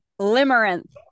limerence